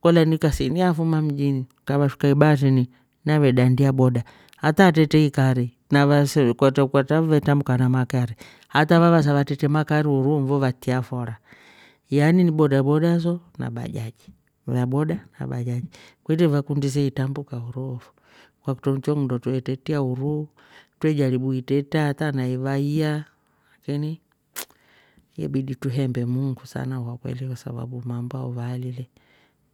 Kolya ni kasini afuma mjini kavashuka ibaasini navedandia boda, hata atrete ikari na vensi- ukatra va vetrambuka na makari hata vasa vatretre makari uruu ndo vatia fora yaani ni boda boda so na bajaji, bodaboda na bajaji kwetre vekundi se itrambuka uruu kwakutro ninndo twe tretia uruu twre ijaribu itreta hata na ivaiya lakini ye bidi truhembe muungu sana kwakweli kwa sababu mambo ah uvaali le